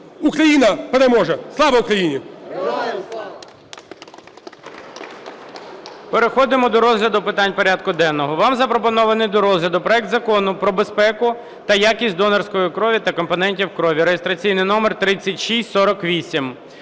Україна переможе! Слава Україні!